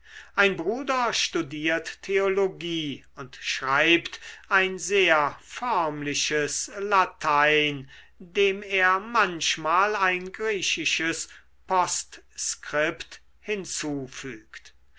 ein bruder studiert theologie und schreibt ein sehr förmliches latein dem er manchmal ein griechisches postskript hinzufügt